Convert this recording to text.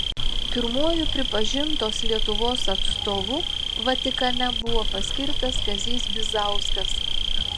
pirmuoju pripažintos lietuvos atstovu vatikane buvo paskirtas kazys bizauskas